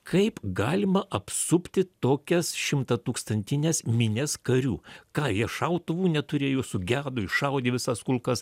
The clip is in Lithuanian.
kaip galima apsupti tokias šimtatūkstantines minias karių ką jie šautuvų neturėjo sugedo iššaudė visas kulkas